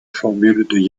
formule